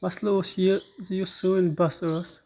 مَسلہٕ اوس یہِ زِ یۄس سٲنۍ بَس ٲسۍ